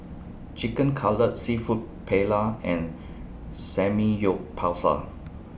Chicken Cutlet Seafood Paella and Samgyeopsal